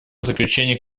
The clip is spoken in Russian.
заключению